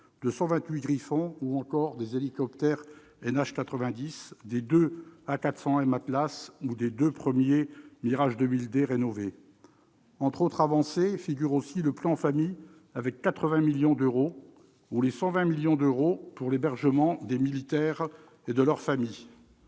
de 128 Griffon, ou encore des hélicoptères NH90, des deux A400M Atlas ou des deux premiers Mirage 2000D rénovés. Entre autres avancées, figurent aussi le plan Famille, avec 80millions d'euros, et les 120 millions d'euros affectés à l'hébergement des militaires et de leurs familles.